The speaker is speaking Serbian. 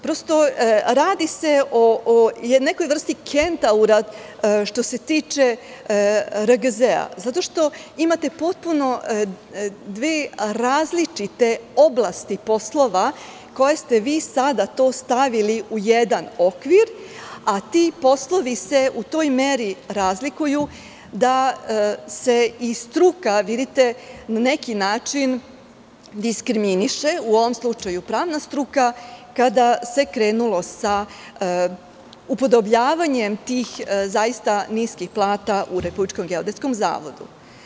Prosto, radi se o nekoj vrsti kentaura što se tiče RGZ, zato što imate potpuno dve različite oblasti poslova koje ste vi sada stavili u jedan okvir, a ti poslovi se u toj meri razlikuju da se i struka na neki način diskriminiše, u ovom slučaju pravna struka kada se krenulo sa upodobljavanjem tih zaista niskih plata u Republičkom geodetskom zavodu.